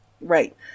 Right